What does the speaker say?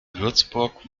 würzburg